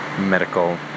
medical